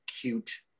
cute